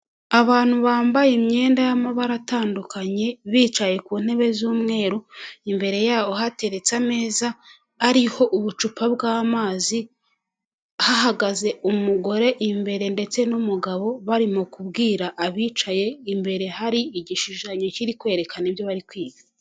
Abantu bambaye imyenda y'amabara atandukanye, bicaye ku ntebe z'umweru, imbere yaho hateretse ameza, ariho ubucupa bw'amazi, hahagaze umugore imbere ndetse n'umugabo, barimo kubwira abicaye, imbere hari igishushanyo kiri kwerekana ibyo bari kwiga.